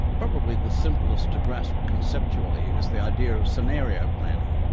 probably the simplest to grasp conceptually is the idea of scenario planning.